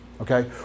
okay